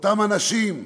אותם אנשים,